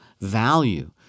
value